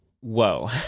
Whoa